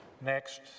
next